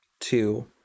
two